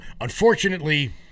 Unfortunately